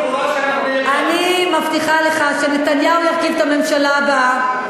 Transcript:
אני מבטיחה לך שנתניהו ירכיב את הממשלה הבאה,